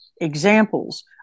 examples